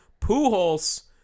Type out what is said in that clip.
Pujols